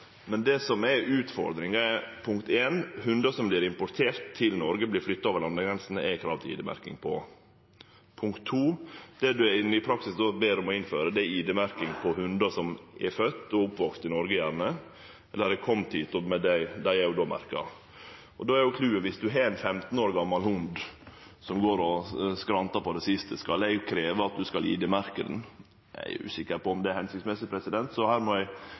Men det som er utfordringa, er: For hundar som vert importerte til Noreg – vert flytta over landegrensene – er det krav om id-merking. Det ein i praksis då ber ein om å innføre, er id-merking av hundar som gjerne er fødde og oppvaksne i Noreg, eller som er komne hit, og dei er då merkte. Då er clouet: Viss ein har ein 15 år gamal hund som går og skrantar på det siste, skal eg krevje at ein skal id-merkje han? Eg er usikker på om det er hensiktsmessig, så her må eg